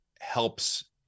helps